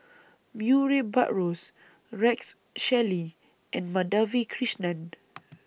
Murray Buttrose Rex Shelley and Madhavi Krishnan